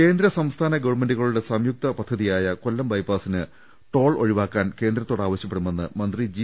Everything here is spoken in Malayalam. കേന്ദ്ര സംസ്ഥാന ഗവൺമെന്റുകളുടെ സംയുക്ത പദ്ധതിയായ കൊല്ലം ബൈപാസിന് ടോൾ ഒഴിവാക്കാൻ കേന്ദ്രത്തോട് ആവശ്യ പ്പെടുമെന്ന് മന്ത്രി ജി